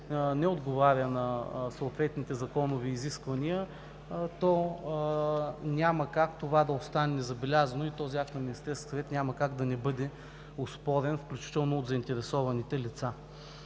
не отговаря на съответните законови изисквания, то няма как това да остане незабелязано и този акт на Министерския съвет няма как да не бъде оспорен, включително от заинтересованите лица.